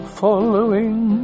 following